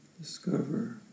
discover